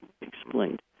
explained